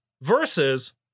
versus